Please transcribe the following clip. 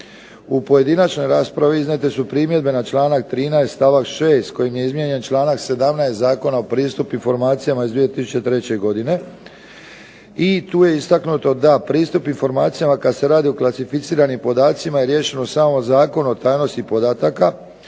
U pojedinačnoj raspravi iznijete su primjedbe na članak 13. stavak 6. kojim je izmijenjen članak 17. Zakona o pristupu informacijama iz 2003. godine i tu je istaknuto da pristup informacijama kad se radi o klasificiranim podacima je riješeno u samom Zakonu o tajnosti podataka,